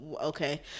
okay